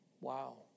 Wow